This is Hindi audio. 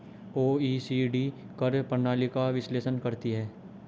ओ.ई.सी.डी कर प्रणाली का विश्लेषण करती हैं